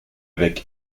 avec